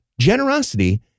Generosity